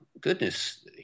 goodness